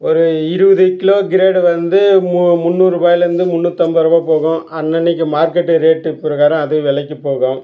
ஒரு இருபது kilo crate வந்து மு முந்நூறுரூபாயிலிருந்து முந்நூற்றம்பது ரூபாய் போகும் அன்னன்றைக்கு மார்க்கெட்டு ரேட்டு பிரகாரம் அது விலைக்குப் போகும்